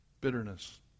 bitterness